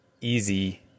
easy